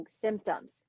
Symptoms